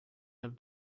have